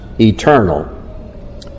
eternal